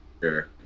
sure